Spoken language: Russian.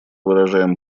выражаем